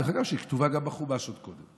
דרך אגב, היא כתובה גם בחומש עוד קודם.